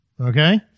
Okay